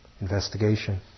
investigation